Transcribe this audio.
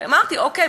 אמרתי: אוקיי,